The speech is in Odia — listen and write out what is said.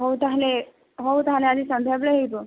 ହଉ ତାହେଲେ ହଉ ତାହାଲେ ଆଜି ସନ୍ଧ୍ୟା ବେଳେ ହେଇଯିବ